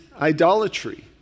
idolatry